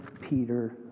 Peter